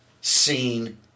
seen